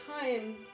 time